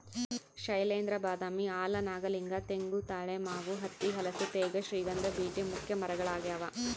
ಶೈಲೇಂದ್ರ ಬಾದಾಮಿ ಆಲ ನಾಗಲಿಂಗ ತೆಂಗು ತಾಳೆ ಮಾವು ಹತ್ತಿ ಹಲಸು ತೇಗ ಶ್ರೀಗಂಧ ಬೀಟೆ ಮುಖ್ಯ ಮರಗಳಾಗ್ಯಾವ